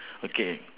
okay